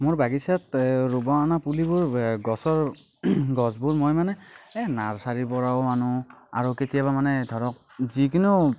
মোৰ বাগিচাত ৰুব অনা পুলিবোৰ এ গছৰ গছবোৰ মই মানে এই নাৰ্চাৰীৰ পৰাও আনো আৰু কেতিয়াবা মানে ধৰক যিকোনো